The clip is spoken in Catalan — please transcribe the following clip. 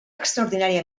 extraordinària